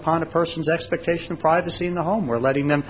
upon a person's expectation of privacy in the home we're letting them